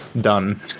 done